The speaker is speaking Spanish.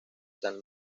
san